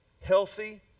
healthy